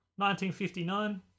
1959